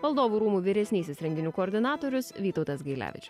valdovų rūmų vyresnysis renginių koordinatorius vytautas gailevičius